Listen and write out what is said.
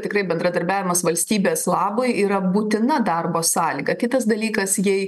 tikrai bendradarbiavimas valstybės labui yra būtina darbo sąlyga kitas dalykas jei